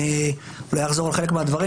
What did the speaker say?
אני אולי אחזור על חלק מהדברים.